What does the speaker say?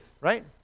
right